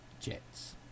jets